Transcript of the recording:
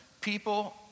people